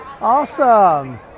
Awesome